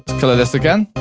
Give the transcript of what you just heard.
colour this again,